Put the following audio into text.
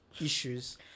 issues